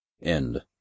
End